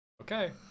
Okay